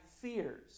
fears